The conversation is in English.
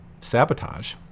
sabotage